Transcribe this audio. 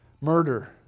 murder